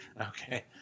Okay